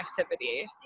activity